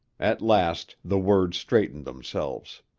at last, the words straightened themselves.